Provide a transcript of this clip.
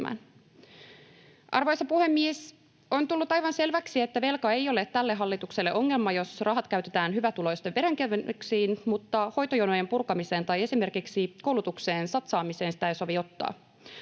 Arvoisa puhemies! On tullut aivan selväksi, että velka ei ole tälle hallitukselle ongelma, jos rahat käytetään hyvätuloisten veronkevennyksiin, mutta hoitojonojen purkamiseen tai esimerkiksi koulutukseen satsaamiseen sitä ei sovi ottaa.